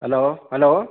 hello hello